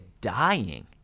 dying